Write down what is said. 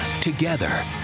Together